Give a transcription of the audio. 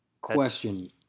Question